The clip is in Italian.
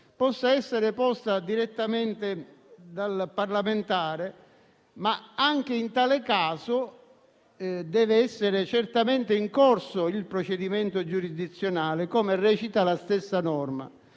possa essere posta direttamente dal parlamentare. Tuttavia, anche in tale caso deve essere certamente in corso il procedimento giurisdizionale, come la stessa norma